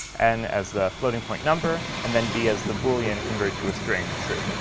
and as the floating point number, and then b as the boolean converted to a string true.